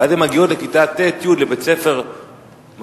ואז הן מגיעות לכיתה ט' י' לבית-ספר ממלכתי,